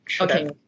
Okay